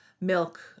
milk